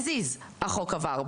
as is החוק עבר,